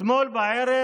אתמול בערב